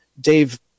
Dave